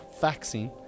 Vaccine